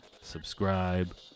subscribe